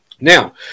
Now